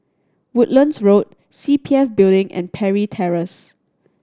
Woodlands Road C P F Building and Parry Terrace